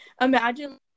Imagine